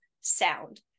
sound